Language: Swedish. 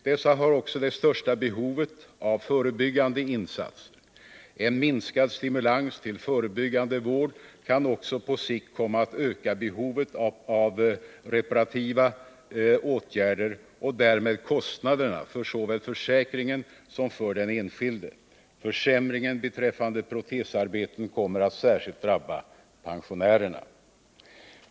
Dessa har också det största behovet av förebyggande insatser. En minskad stimulans till förebyggande vård kan också på sikt komma att öka behovet av reparativa åtgärder och därmed kostnaderna såväl för försäkringen som för den enskilde. Försämringen beträffande protesarbeten kommer att särskilt drabba pensionärerna.